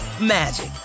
magic